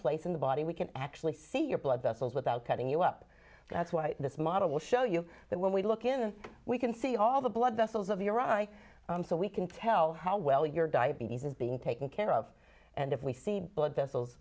place in the body we can actually see your blood vessels without cutting you up that's why this model will show you that when we look in and we can see all the blood vessels of your eye so we can tell how well your diabetes is being taken care of and if we see